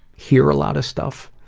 hear a lot of stuff,